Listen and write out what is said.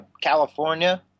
california